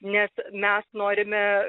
nes mes norime